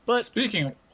Speaking